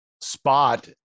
spot